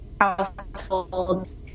households